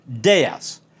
deaths